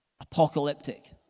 apocalyptic